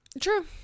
True